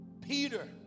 Peter